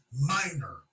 minor